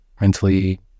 mentally